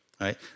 right